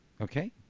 Okay